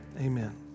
amen